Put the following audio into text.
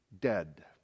dead